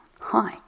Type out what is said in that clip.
Hi